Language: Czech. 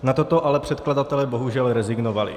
Na toto ale předkladatelé bohužel rezignovali.